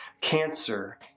cancer